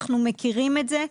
אנחנו מכירים את זה.